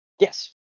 yes